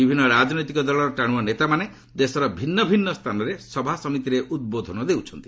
ବିଭିନ୍ନ ରାଜନୈତିକ ଦଳର ଟାଣ୍ରଆ ନେତାମାନେ ଦେଶର ଭିନ୍ନ ଭିନ୍ନ ସ୍ଥାନରେ ସଭାସମିତିରେ ଉଦ୍ବୋଧନ ଦେଉଛନ୍ତି